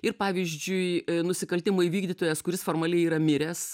ir pavyzdžiui nusikaltimų įvykdytojas kuris formaliai yra miręs